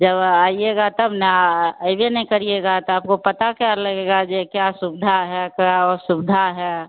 जब आइएगा तब ना आएंगे नहीं करिएगा तब आपको पता क्या लगेगा कि क्या सुविधा है क्या असुविधा है